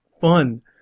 fun